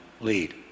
lead